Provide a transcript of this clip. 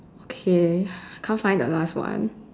okay can't find the last one